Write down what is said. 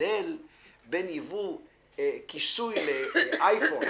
ההבדל בין ייבוא כיסוי לאייפון,